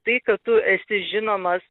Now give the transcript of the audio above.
tai kad tu esi žinomas